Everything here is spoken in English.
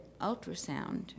ultrasound